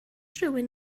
rhywun